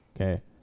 Okay